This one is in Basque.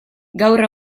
gaur